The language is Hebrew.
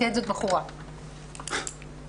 כבוד היושב-ראש.